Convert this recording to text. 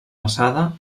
alçada